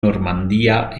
normandia